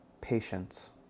patience